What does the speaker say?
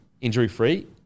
injury-free